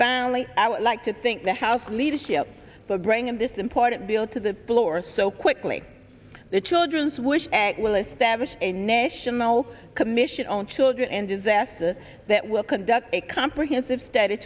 family i would like to think the house leadership but bringing this important bill to the floor so quickly the children's wish will establish a national commission on children and disaster that will conduct a comprehensive st